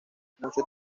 mucho